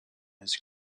his